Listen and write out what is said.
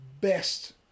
best